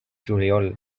juliol